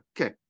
Okay